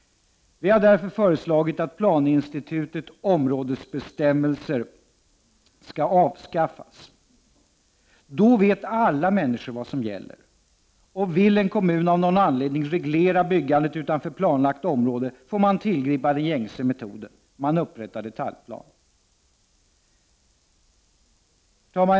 Vi har därför föreslagit att planinstitutet områdesbestämmelser skall avskaffas. Då vet alla människor vad som gäller. Vill en kommun av någon anledning reglera byggandet utanför planlagt område, får man tillgripa den gängse metoden. Man upprättar detaljplan. Herr talman!